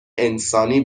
انسانی